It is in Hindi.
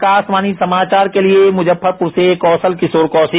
आकाशवाणी समाचार के लिए मुजफ्फरपुर से कौशल किशोर कौशिक